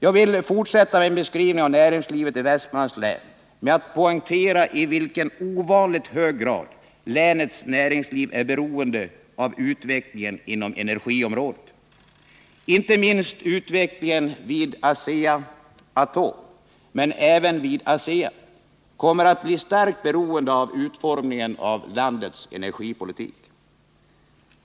Jag vill fortsätta min beskrivning av näringslivet i Västmanlands län med att poängtera i vilken ovanligt hög grad länets näringsliv är beroende av utvecklingen inom energiområdet. Inte minst utvecklingen vid Asea-Atom — men även utvecklingen vid ASEA — kommer att bli starkt beroende av utformningen av landets energipolitik.